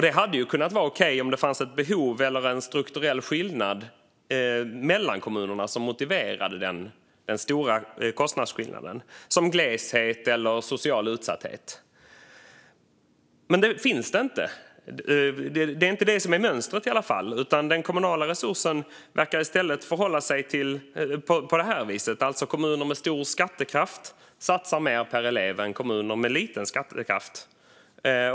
Det hade kunnat vara okej om det fanns ett behov eller en strukturell skillnad mellan kommunerna som motiverade den stora kostnadsskillnaden - som gleshet eller social utsatthet - men det finns det inte. Det är inte det som är mönstret i alla fall. När det gäller den kommunala resursen verkar det i stället förhålla sig på detta vis: Kommuner med stor skattekraft satsar mer per elev än kommuner med liten skattekraft.